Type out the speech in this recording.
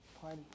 party